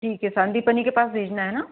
ठीक है शांति के पास भेजना है ना